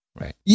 Right